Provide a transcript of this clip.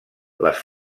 les